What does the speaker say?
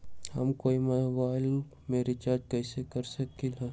हम कोई मोबाईल में रिचार्ज कईसे कर सकली ह?